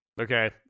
Okay